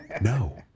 no